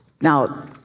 Now